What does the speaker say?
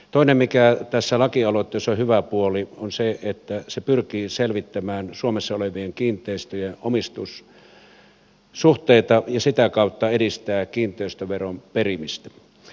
toinen hyvä puoli tässä lakialoitteessa on se että se pyrkii selvittämään suomessa olevien kiinteistöjen omistussuhteita ja sitä kautta edistää kiinteistöveron perimistä